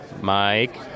Mike